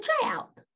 tryout